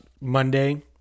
Monday